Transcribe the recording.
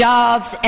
Jobs